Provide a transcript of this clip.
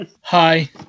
Hi